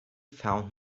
found